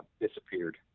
disappeared